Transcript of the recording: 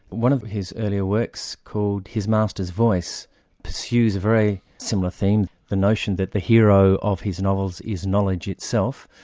one of his earlier works, called his master's voice pursues a very similar theme, the notion that the hero of his novels is knowledge itself,